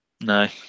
no